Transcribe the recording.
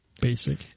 Basic